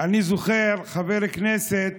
אני זוכר חבר כנסת